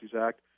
Act